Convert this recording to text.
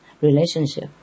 relationship